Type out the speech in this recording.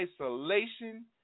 isolation